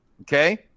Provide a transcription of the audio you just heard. Okay